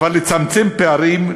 אבל לצמצם פערים,